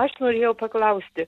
aš norėjau paklausti